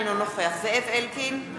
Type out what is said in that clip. אינו נוכח זאב אלקין,